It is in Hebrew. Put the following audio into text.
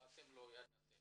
אנחנו לא יודעים.